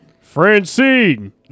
Francine